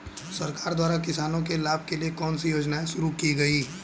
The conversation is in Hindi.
सरकार द्वारा किसानों के लाभ के लिए कौन सी योजनाएँ शुरू की गईं?